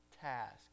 task